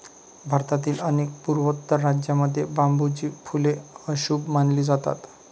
भारतातील अनेक पूर्वोत्तर राज्यांमध्ये बांबूची फुले अशुभ मानली जातात